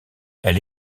elle